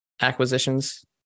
acquisitions